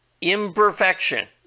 imperfection